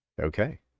Okay